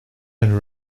and